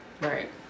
Right